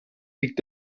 liegt